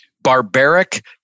barbaric